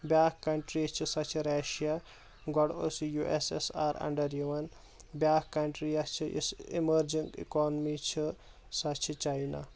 بیاکھ کَنٛٹری یۄس چھِ سۄ چھِ ریشیا گۄڈٕ ٲسۍ یہِ یوٗ اٮ۪س اٮ۪س آر انٛڈر یِوان بیاکھ کَنٛٹری یۄس چھِ یۄس اِمٔرجِنٛگ اِکانمی چھِ سۄ چھِ چاینا